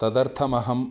तदर्थमहं